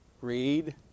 read